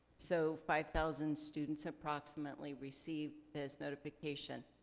so five thousand students approximately receive this notification.